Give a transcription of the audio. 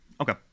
Okay